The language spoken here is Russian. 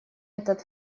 этот